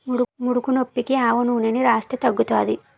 ముడుకునొప్పికి ఆవనూనెని రాస్తే తగ్గుతాది